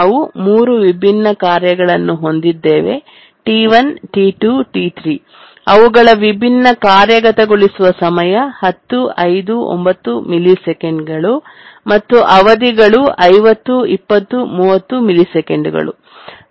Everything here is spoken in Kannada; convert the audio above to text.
ನಾವು ಮೂರು ವಿಭಿನ್ನ ಕಾರ್ಯಗಳನ್ನು ಹೊಂದಿದ್ದೇವೆ T1 T2 T3 ಅವುಗಳ ವಿಭಿನ್ನ ಕಾರ್ಯಗತಗೊಳಿಸುವ ಸಮಯ 10 5 9 ms ಮತ್ತು ಅವಧಿಗಳು 50 20 30 ms